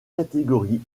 catégories